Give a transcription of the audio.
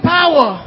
power